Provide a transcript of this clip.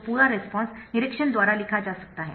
तोपूरा response निरीक्षण द्वारा लिखा जा सकता है